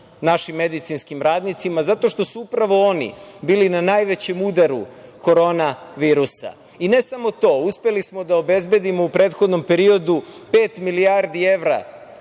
našim medicinskim radnicima zato što su upravo oni bili na najvećem udaru korona virusa. Ne samo to, uspeli smo da obezbedimo u prethodom periodu pet milijardi evra